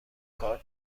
کار